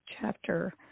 chapter